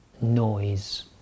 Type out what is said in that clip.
noise